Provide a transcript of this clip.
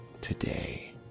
today